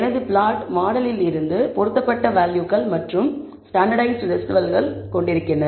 எனவே பிளாட் மாடலில் இருந்து பொருத்தப்பட்ட வேல்யூகள் மற்றும் ஸ்டாண்டர்ட்டைஸ்ட் ரெஸிடுவல்கள் கொண்டிருக்கிறது